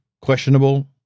questionable